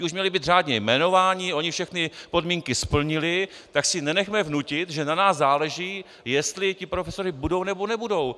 Ti už měli být řádně jmenováni, oni všechny podmínky splnili, tak si nenechme vnutit, že na nás záleží, jestli ti profesoři budou, nebo nebudou.